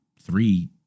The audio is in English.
three